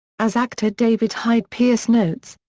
as actor david hyde pierce notes,